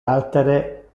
altere